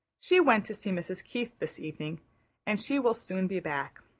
she went to see mrs. keith this evening and she will soon be back.